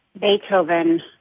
Beethoven